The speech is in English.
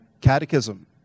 Catechism